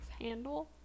handle